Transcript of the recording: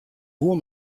woe